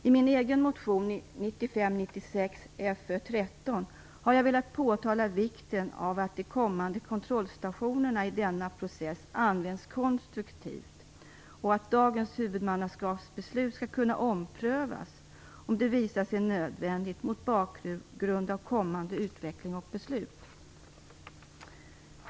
I min egen motion 1995/96:Fö13 har jag velat påtala vikten av att de kommande kontrollstationerna i denna process används konstruktivt och att dagens huvudmannaskapsbeslut skall kunna omprövas om det visar sig nödvändigt mot bakgrund av kommande utveckling och beslut.